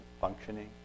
functioning